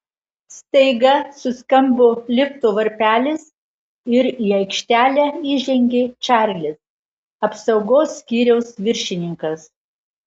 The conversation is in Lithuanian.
staiga suskambo lifto varpelis ir į aikštelę įžengė čarlis apsaugos skyriaus viršininkas